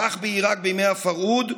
כך בעיראק בימי הפרהוד,